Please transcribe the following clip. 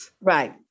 Right